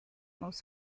most